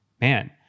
man